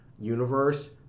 universe